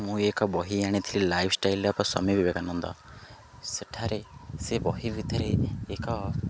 ମୁଁ ଏକ ବହି ଆଣିଥିଲି life style of Swami Vivekananda ସେଠାରେ ସେ ବହି ଭିତରେ ଏକ